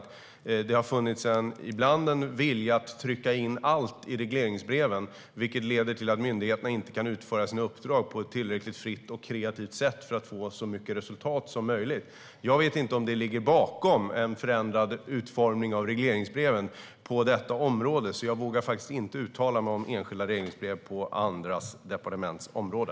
Ibland har det funnits en vilja att trycka in allt i regleringsbreven, vilket leder till att myndigheterna inte kan utföra sina uppdrag på ett tillräckligt fritt och kreativt sätt för att få så mycket resultat som möjligt. Jag vet inte om det ligger bakom en förändrad utformning av regleringsbreven på detta område. Jag vågar inte uttala mig om enskilda regleringsbrev på andra departements område.